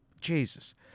Jesus